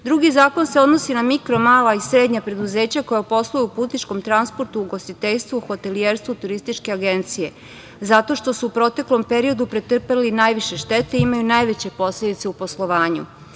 zakon se odnosi na mikro, mala i srednja preduzeća koja posluju u putničkom transportu, u ugostiteljstvu, hotelijerstvu, turističke agencije zato što su u proteklom periodu pretrpeli najviše štete i imaju najveće posledice u poslovanju.